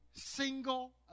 single